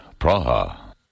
Praha